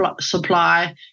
supply